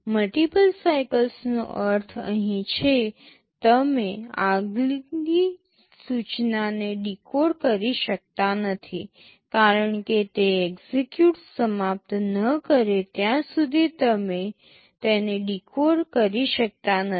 multiple સાઇકલનો અર્થ અહીં છે તમે આગલી સૂચનાને ડીકોડ કરી શકતા નથી સિવાય કે તે એક્ઝેક્યુટ સમાપ્ત ન કરે ત્યાં સુધી તમે તેને ડીકોડ કરી શકતા નથી